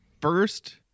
first